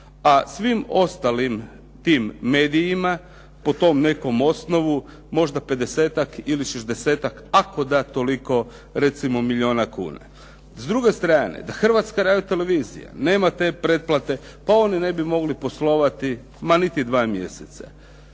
a svim ostalim tim medijima po tom nekakvom osnovu možda pedesetak ili šezdesetak ako da toliko recimo milijuna kuna. S druge strane, da Hrvatska radio-televizija nema te pretplate pa oni ne bi mogli poslovati niti dva mjeseca.